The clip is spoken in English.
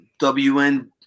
WN